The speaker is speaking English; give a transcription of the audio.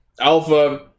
Alpha